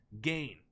gain